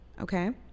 okay